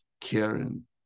Karen